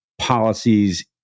policies